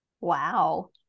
Wow